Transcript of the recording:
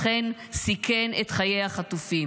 אכן סיכן את חיי החטופים,